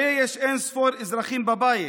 הרי יש אין-ספור בבית,